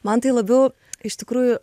man tai labiau iš tikrųjų